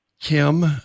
Kim